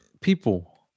people